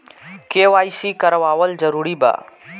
KYC करवावल जरूरी बा?